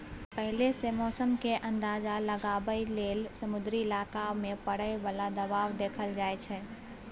पहिले सँ मौसम केर अंदाज लगाबइ लेल समुद्री इलाका मे परय बला दबाव देखल जाइ छै